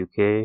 uk